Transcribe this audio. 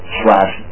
slash